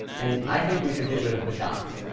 and i think we should get rid of the dots.